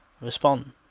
Respond